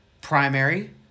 Primary